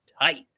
tight